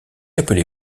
appelée